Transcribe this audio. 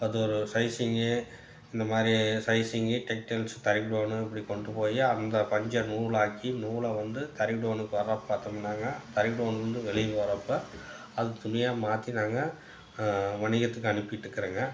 அது ஒரு சைஸிங்கு இந்தமாதிரி சைஸிங்கு டெக்ஸ்டைல்ஸு தறி குடோனு இப்படி கொண்டு போய் அங்கே பஞ்சை நூலாக ஆக்கி நூலை வந்து தறி குடோனுக்கு வர்றப்ப பாத்தமுனாங்க தறி குடோனில் இருந்து வெளியில் வர்றப்போ அது துணியாக மாற்றி நாங்க வணிகத்துக்கு அனுப்பிகிட்டு இருக்கிறேங்க